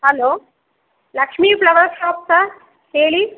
hello Lakshmi flower shop sir ಹೇಳಿ